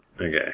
Okay